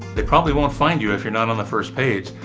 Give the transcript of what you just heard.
they probably won't find you if you're not on the first page.